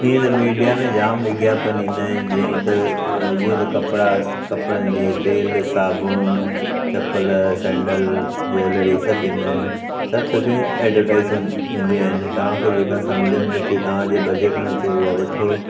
हीअं त मीडिया में जाम विज्ञापन ईंदा आहिनि जीअं त जीअं त कपिड़ा कपिड़नि जी तेल साबुण चंपल सैंडल ज्वैलरी इहे सभु ईंदा आहिनि सभु सुठे एडवरटाइज़मेंट ईंदियूं आहिनि तव्हांखे जेका सम्झि में अचे तव्हांजे बजट में अचे हूअ वठो